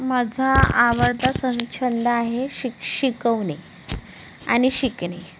माझा आवडता चं छंद आहे शिक् शिकवणे आणि शिकणे